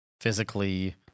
physically